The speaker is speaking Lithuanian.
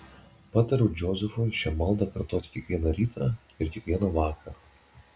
patariau džozefui šią maldą kartoti kiekvieną rytą ir kiekvieną vakarą